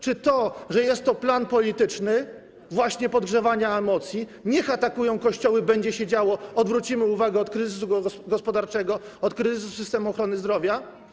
Czy to, że jest to plan polityczny - właśnie podgrzewanie emocji, niech atakują kościoły, będzie się działo, odwrócimy uwagę od kryzysu gospodarczego, od kryzysu systemu ochrony zdrowia?